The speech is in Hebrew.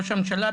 ראש הממשלה,